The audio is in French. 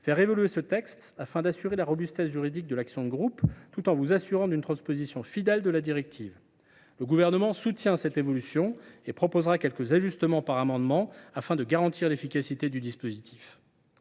faire évoluer ledit article, en vue de garantir la robustesse juridique de l’action de groupe, tout en assurant une transposition fidèle de la directive. Le Gouvernement soutient cette évolution, même s’il proposera quelques ajustements par amendement, afin de garantir l’efficacité du dispositif.